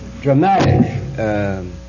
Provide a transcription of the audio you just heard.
dramatic